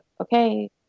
okay